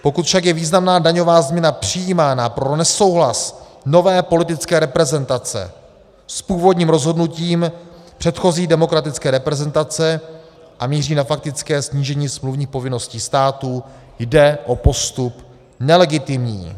Pokud však je významná daňová změna přijímána pro nesouhlas nové politické reprezentace s původním rozhodnutím předchozí demokratické reprezentace a míří na faktické snížení smluvních povinností státu, jde o postup nelegitimní.